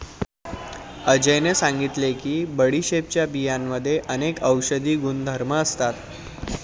अजयने सांगितले की बडीशेपच्या बियांमध्ये अनेक औषधी गुणधर्म असतात